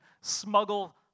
smuggle